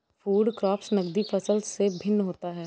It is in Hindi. फूड क्रॉप्स नगदी फसल से भिन्न होता है